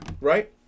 right